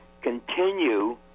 continue